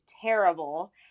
terrible